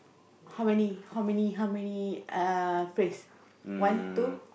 how many how many how many uh phrase one two